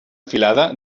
filada